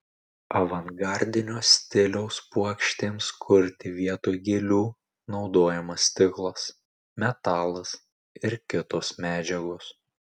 avangardinio stiliaus puokštėms kurti vietoj gėlių naudojamas stiklas metalas ir kitos medžiagos